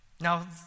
Now